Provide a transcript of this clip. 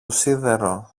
σίδερο